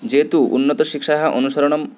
जे तु उन्नतशिक्षायाः अनुसरणं